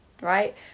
right